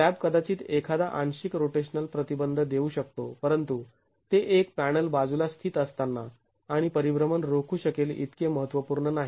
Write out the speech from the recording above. slab कदाचित एखादा आंशिक रोटेशनल प्रतिबंध देऊ शकतो परंतु ते एक पॅनल बाजूला स्थित असताना आणि परिभ्रमण रोखू शकेल इतके महत्त्वपूर्ण नाही